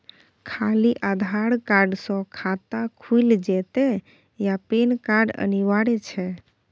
खाली आधार कार्ड स खाता खुईल जेतै या पेन कार्ड अनिवार्य छै?